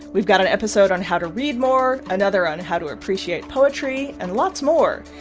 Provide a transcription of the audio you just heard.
we've got an episode on how to read more, another on how to appreciate poetry and lots more.